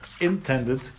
intended